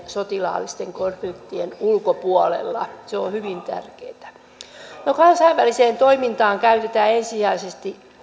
sotilaallisten konfliktien ulkopuolella se on hyvin tärkeätä kansainväliseen toimintaan käytetään ensisijaisesti